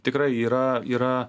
tikrai yra yra